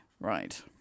right